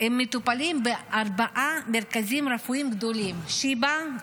מטופלים בארבעה מרכזים רפואיים גדולים: שיבא,